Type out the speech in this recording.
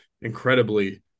incredibly